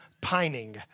pining